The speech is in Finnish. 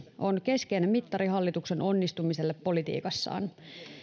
on keskeinen mittari hallituksen onnistumiselle politiikassaan